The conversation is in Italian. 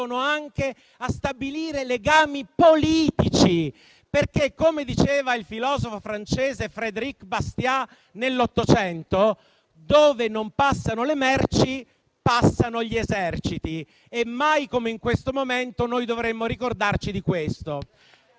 anche a stabilire legami politici. Come diceva infatti il filosofo francese Frédéric Bastiat nell'Ottocento, dove non passano le merci passano gli eserciti e mai come in questo momento dovremmo ricordarcene.